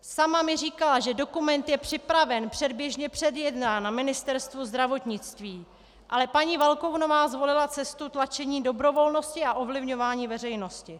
Sama mi říkala, že dokument je připraven, předběžně předjednán na Ministerstvu zdravotnictví, ale paní Valkounová zvolila cestu tlačení dobrovolnosti a ovlivňování veřejnosti.